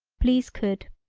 please could,